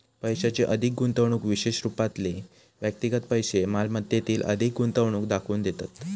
पैशाची अधिक गुंतवणूक विशेष रूपातले व्यक्तिगत पैशै मालमत्तेतील अधिक गुंतवणूक दाखवून देतत